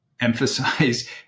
emphasize